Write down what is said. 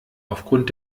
aufgrund